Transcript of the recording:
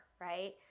right